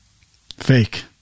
Fake